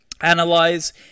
Analyze